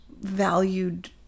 valued